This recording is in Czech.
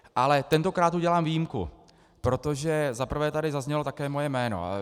Ale tentokrát udělám výjimku, protože za prvé tady zaznělo také moje jméno.